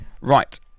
Right